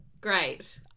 Great